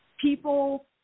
people